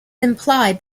implied